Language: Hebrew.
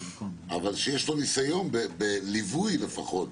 אבל שיש לו ניסיון בלווי לפחות.